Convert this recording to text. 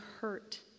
hurt